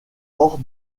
hors